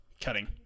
Cutting